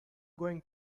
going